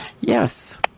Yes